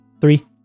Three